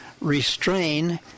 restrain